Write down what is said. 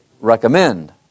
recommend